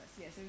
Yes